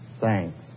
Thanks